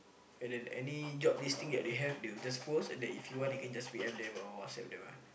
and then any job listing that they have they will just post and then if you want you can just P_M them or WhatsApp them ah